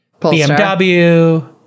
BMW